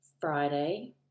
Friday